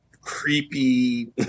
creepy